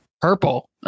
Purple